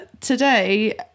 today